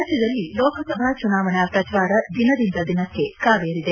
ರಾಜ್ಗದಲ್ಲಿ ಲೋಕಸಭಾ ಚುನಾವಣಾ ಪ್ರಜಾರ ದಿನದಿಂದ ದಿನಕ್ಕೆ ಕಾವೇರುತ್ತಿದೆ